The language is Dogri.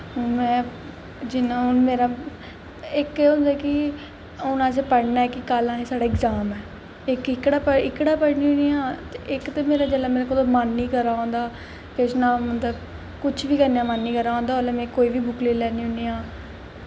में जि'यां हून मेरा हून असें पढ़ना कि कल साढ़ा अग़्ज़ाम ऐ इक ऐह्कड़ा पढ़नी होन्नी आं इक ते जिसलै मेरा कुतै मन निं करा'रदा होंदा किश निं मतलब कुछ बी करने दा मन निं करा'रदा होंदा उसलै में कोई बी बुक्क लेई लैन्नी होन्नी आं